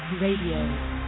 Radio